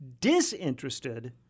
Disinterested